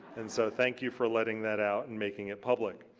and so thank you for letting that out and making it public.